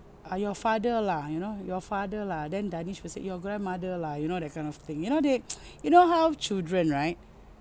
uh your father lah you know your father lah then darnish will say your grandmother lah you know that kind of thing you know they you know how children right